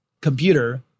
computer